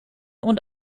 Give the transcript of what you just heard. und